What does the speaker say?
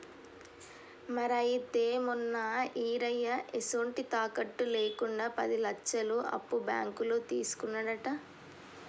మరి అయితే మొన్న ఈరయ్య ఎసొంటి తాకట్టు లేకుండా పది లచ్చలు అప్పు బాంకులో తీసుకున్నాడట